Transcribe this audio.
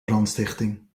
brandstichting